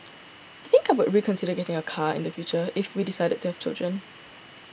I think I would reconsider getting a car in the future if we decided to have children